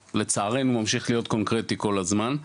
ולצערנו הוא ממשיך להיות קונקרטי כל הזמן.